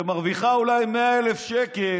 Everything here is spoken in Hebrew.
שמרוויחה אולי 100,000 שקל